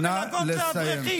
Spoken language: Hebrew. במלגות לאברכים,